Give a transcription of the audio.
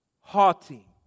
Haughty